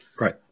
Right